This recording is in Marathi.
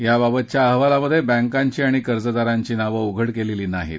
याबाबतच्या अहवालात बँकांची आणि कर्जदारांची नावं उघड केलेली नाहीत